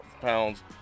pounds